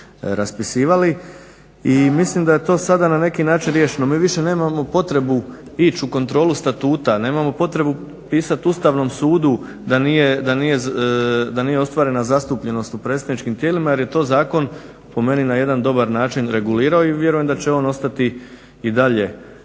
i mislim da je to sada na neki način riješeno. Mi više nemamo potrebu ići u kontrolu statuta, nemamo potrebu pisati Ustavnom sudu da nije ostvarena zastupljenost u predstavničkim tijelima jer je to zakon po meni na jedan dobar način regulirao i vjerujem da će on ostati i dalje